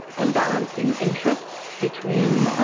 and balancing interest between